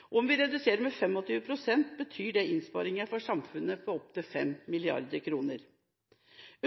Om vi reduserer med 25 pst., betyr det innsparinger for samfunnet på opp til 5 mrd. kr.